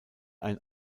ein